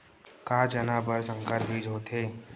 का चना बर संकर बीज होथे?